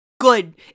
good